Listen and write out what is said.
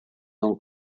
non